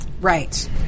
Right